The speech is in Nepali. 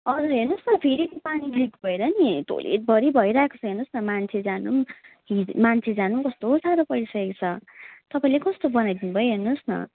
हजुर हेर्नु होस् न फेरि त्यो पानी लिक भएर नि टोयलेटभरि भइरहेको छ हेर्नु होस् न मान्छे जानु मान्छे जानु कस्तो साह्रो परिसकेको छ तपाईँले कस्तो बनाइदिनु भयो हेर्नु होस् न